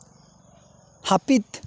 ᱦᱟᱹᱯᱤᱫ